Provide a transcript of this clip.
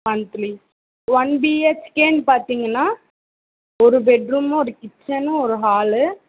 monthly one B ஹெச்கேன்னு பாத்தீங்கன்னா ஒரு பெட் ரூமு ஒரு கிச்சன்னு ஒரு ஹால்லு